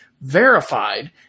verified